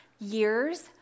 years